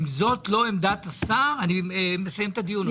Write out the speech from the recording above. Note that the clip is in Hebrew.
אם זאת לא עמדת השר, אני מסיים את הדיון עכשיו.